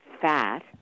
fat